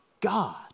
God